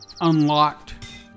unlocked